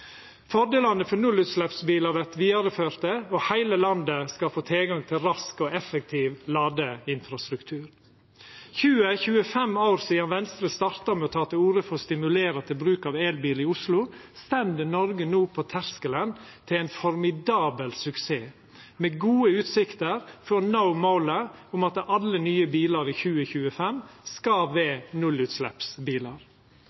Fordelane for nullutsleppsbilar vert vidareførte, og heile landet skal få tilgang til rask og effektiv ladeinfrastruktur. 20–25 år sidan Venstre starta med å ta til orde for å stimulera til bruk av elbil i Oslo, står Noreg no på terskelen til ein formidabel suksess, med gode utsikter til å nå målet om at alle nye bilar i 2025 skal